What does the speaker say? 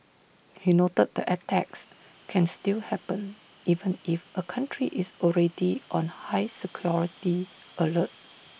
he noted that attacks can still happen even if A country is already on high security alert